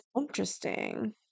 interesting